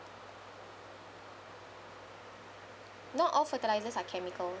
not all fertilizers are chemical